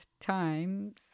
times